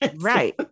right